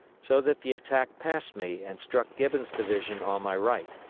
so that the attack passed me and struck gibbon's division on my right.